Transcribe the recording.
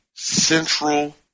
central